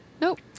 Nope